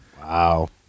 Wow